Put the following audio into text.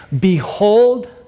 Behold